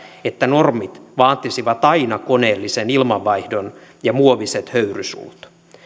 että normit vaatisivat aina koneellisen ilmanvaihdon ja muoviset höyrysulut